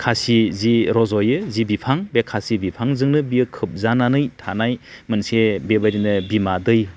खासि जि रज'यो जि बिफां बे बिफांजोंनो बियो खोबजानानै थानाय मोनसे बेबायदिनो बिमा दै